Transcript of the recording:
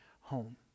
home